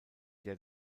der